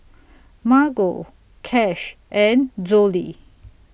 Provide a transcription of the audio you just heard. Margo Cash and Zollie